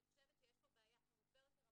אני חושבת שיש פה בעיה הרבה יותר עמוקה,